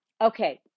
Okay